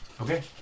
Okay